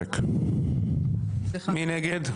מי נגד?